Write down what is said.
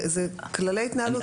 זה כללי התנהגות קצת אחרים.